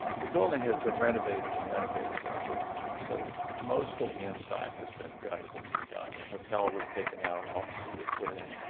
the building has been renovated and renovated a number of times, so most of the inside has been gutted and redone. the hotel was taken out, offices were put in,